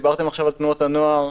דיברתם עכשיו על תנועות הנוער,